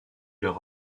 leur